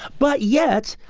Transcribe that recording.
but yet,